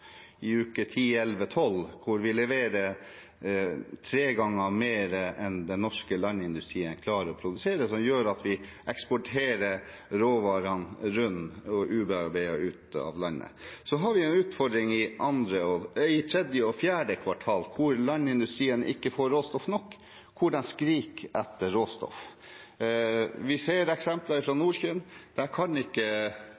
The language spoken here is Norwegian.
i uke 10, 11, 12, hvor vi leverer tre ganger mer enn den norske landindustrien klarer å produsere, som gjør at vi eksporterer råvarene runde og ubearbeidede ut av landet. Så har vi en utfordring i tredje og fjerde kvartal, hvor landindustrien ikke får nok råstoff, hvor den skriker etter råstoff. Vi ser eksempler